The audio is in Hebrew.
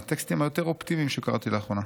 מהטקסטים היותר-אופטימיים שקראתי לאחרונה.